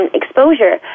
exposure